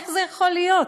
איך זה יכול להיות?